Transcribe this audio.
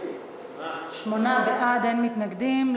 שמונה בעד, אין מתנגדים.